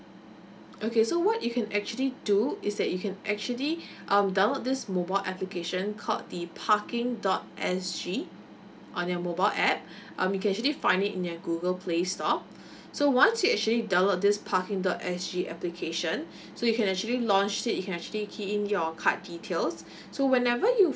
okay so what you can actually do is that you can actually um download this mobile application called the parking dot S G on your mobile app um you can actually find it in your google play store so once you actually download this parking dot S G application so you can actually launch it you can actually key in your card details so whenever you